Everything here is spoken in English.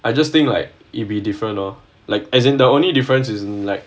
I just think like it'd be different lor like as in the only difference is like